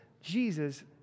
Jesus